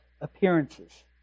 appearances